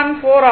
414 ஆகும்